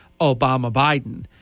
Obama-Biden